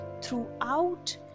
throughout